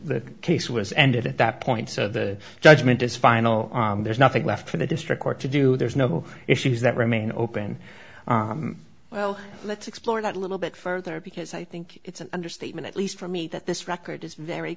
the case was ended at that point so the judgment is final there's nothing left for the district court to do there's no issues that remain open well let's explore that a little bit further because i think it's an understatement at least for me that this record is very